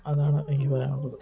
അതാണ് എനിക്ക് പറയാനുള്ളത്